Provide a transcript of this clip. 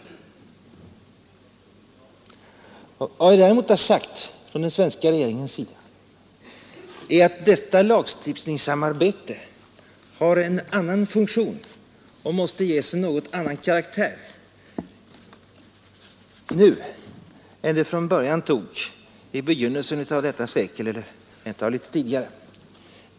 Vad den svenska regeringen däremot har sagt är att detta lagstiftningssamarbete har en annan funktion och måste ges en något annan karaktär nu än det hade från början, i begynnelsen av detta sekel eller rent av litet tidigare.